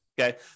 okay